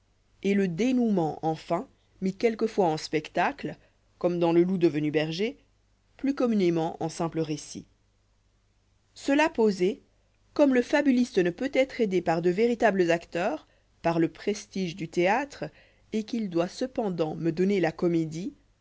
et le dénoûment enfin mis quelquefois en spectacle comme dans leloupdevenu berger plus communément en simple récit gela posé comme le fabuliste ne peut être aidé par de véritables acteurs par le prestige du théâtre et qu'il doit cependant me donner la comédie